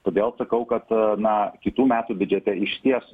todėl sakau kad na kitų metų biudžete išties